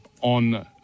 on